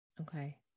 okay